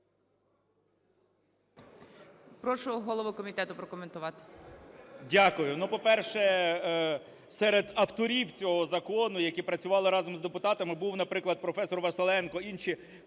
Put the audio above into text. Прошу голову комітету прокоментувати.